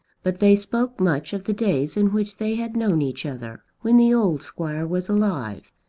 but they spoke much of the days in which they had known each other, when the old squire was alive,